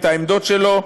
את העמדות שלו,